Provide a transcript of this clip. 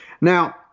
Now